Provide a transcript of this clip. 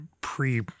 pre